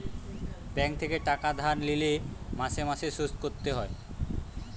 bank থেকে টাকা ধার লিলে মাসে মাসে শোধ করতে হয়